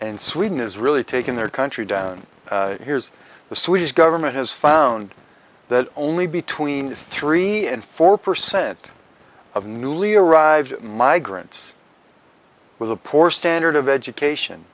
in sweden is really taking their country down here's the swedish government has found that only between three and four percent of newly arrived migrants with a poor standard of education